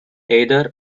either